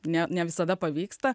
ne visada pavyksta